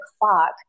clock